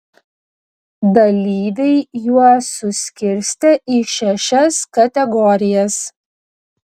dalyviai juos suskirstė į šešias kategorijas